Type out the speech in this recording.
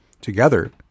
Together